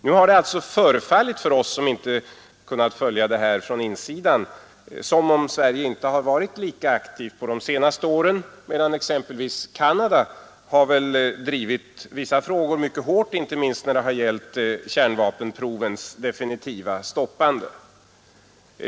Det har förefallit oss, som inte kunnat följa detta arbete från insidan, som om Sverige inte varit lika aktivt under de senaste åren, medan exempelvis Canada har drivit vissa frågor mycket hårt, inte minst frågan om kärnvapenprovens definitiva stoppande.